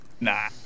Nah